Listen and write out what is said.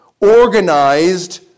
organized